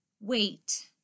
Wait